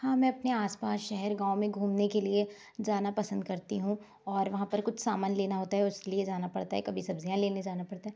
हाँ मैं अपने आसपास शहर गाँव में घूमने के लिए जाना पसंद करती हूँ और वहाँ पर कुछ सामान लेना होता है उसके लिए जाना पड़ता है कभी सब्जियाँ लेने जाना पड़ता है